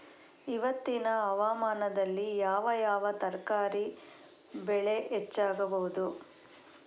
ಇವತ್ತಿನ ಹವಾಮಾನದಲ್ಲಿ ಯಾವ ಯಾವ ತರಕಾರಿ ಬೆಳೆ ಹೆಚ್ಚಾಗಬಹುದು?